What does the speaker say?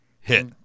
hit